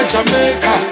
Jamaica